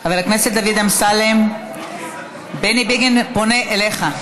חבר הכנסת דוד אמסלם, בני בגין פונה אליך.